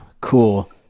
Cool